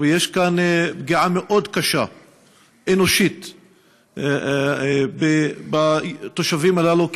ויש כאן פגיעה אנושית מאוד קשה בתושבים הללו,